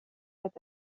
het